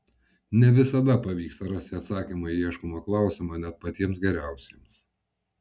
ne visada pavyksta rasti atsakymą į ieškomą klausimą net patiems geriausiems